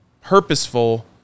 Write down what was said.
purposeful